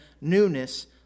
newness